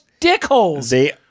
dickholes